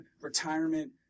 retirement